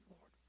Lord